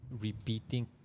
repeating